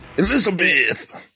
Elizabeth